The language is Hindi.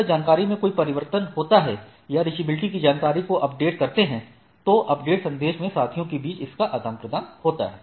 अगर जानकारी में कोई परिवर्तन होता है या रीचचबिलिटी की जानकारी को अपडेट करते हैं तो अपडेट संदेश में साथियों के बीच इसका आदान प्रदान होता है